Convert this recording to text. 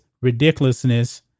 ridiculousness